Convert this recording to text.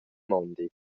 mondi